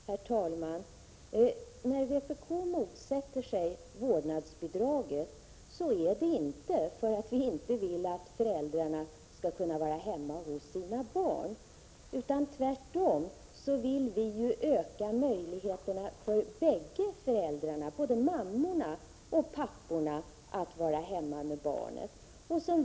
Herr talman! När vpk motsätter sig vårdnadsbidraget är det inte för att vi inte vill att föräldrarna skall kunna vara hemma hos sina barn. Vi vill tvärtom öka möjligheterna för bägge föräldrarna, både mammorna och papporna, att vara hemma med barnen.